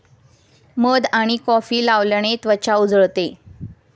मध आणि कॉफी लावल्याने त्वचा उजळते